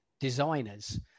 designers